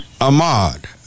Ahmad